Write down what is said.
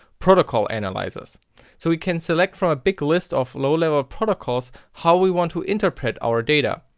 protocol analyzers. so we can select from a big list of low level protocols how we want to interpret our data.